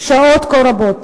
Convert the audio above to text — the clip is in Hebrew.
שעות כה רבות.